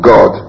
God